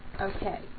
Okay